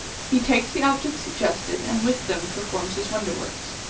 he takes the ob jects suggested, and with them performs his wonder works.